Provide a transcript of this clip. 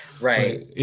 Right